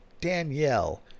Danielle